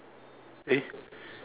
eh